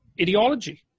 ideology